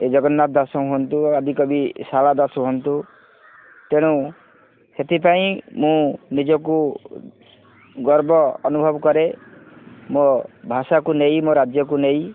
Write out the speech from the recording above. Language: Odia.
ଏ ଜଗନ୍ନାଥ ଦାସ ହୁଅନ୍ତୁ ଆଦିକି ସାଲା ଦାସ ହୁଅନ୍ତୁ ତେଣୁ ସେଥିପାଇଁ ମୁଁ ନିଜକୁ ଗର୍ବ ଅନୁଭବ କରେ ମୋ ଭାଷାକୁ ନେଇ ମୋ ରାଜ୍ୟକୁ ନେଇ